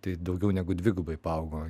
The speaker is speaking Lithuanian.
tai daugiau negu dvigubai paaugo